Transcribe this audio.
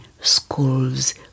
schools